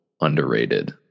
underrated